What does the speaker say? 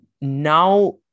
Now